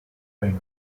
been